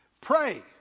pray